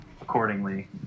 accordingly